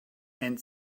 and